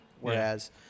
Whereas